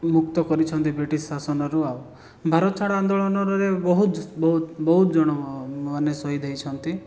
ମୁକ୍ତ କରିଛନ୍ତି ବ୍ରିଟିଶ୍ ଶାସନରୁ ଆଉ ଭାରତ ଛାଡ଼ ଆନ୍ଦୋଳନରେ ବହୁତ ବହୁତ ବହୁତ ଜଣ ମାନେ ଶହୀଦ୍ ହୋଇଛନ୍ତି